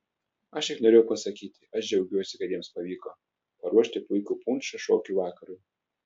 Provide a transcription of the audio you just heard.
aš tik norėjau pasakyti aš džiaugiuosi kad jiems pavyko paruošti puikų punšą šokių vakarui